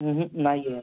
नाही आहे